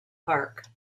park